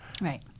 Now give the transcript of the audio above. Right